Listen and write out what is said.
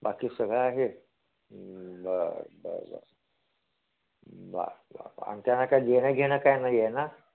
बाकी सगळं आहे बर बर बर आणि त्यांना काय देणं घेणं काय नाही आहे ना